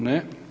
Ne.